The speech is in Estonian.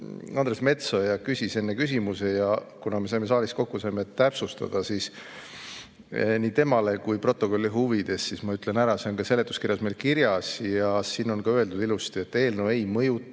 Andres Metsoja küsis enne küsimuse ja kuna me saime saalis kokku, saime täpsustada, siis nii temale kui ka protokolli huvides ütlen ära, et see on seletuskirjas meil kirjas ja siin on öeldud ilusti, et eelnõu ei mõjuta